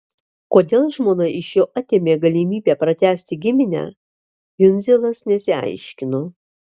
kodėl žmona iš jo atėmė galimybę pratęsti giminę jundzilas nesiaiškino